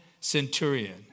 centurion